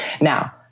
Now